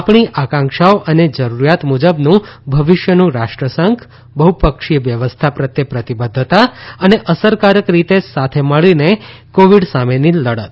આપણી આકાંક્ષાઓ અને જરૂરીયાત મુજબનું ભવિષ્યનું રાષ્ટ્રસંઘ બહ્પક્ષીય વ્યવસ્થા પ્રત્યે પ્રતિબધ્ધતા અને અસરકારક રીતે સાથે મળીને કોવીડ સામેની લડત